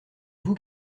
vous